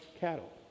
cattle